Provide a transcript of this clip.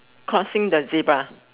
crossing the zebra